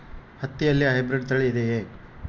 ಹತ್ತಿಯಲ್ಲಿ ಹೈಬ್ರಿಡ್ ತಳಿ ಇದೆಯೇ?